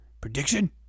Prediction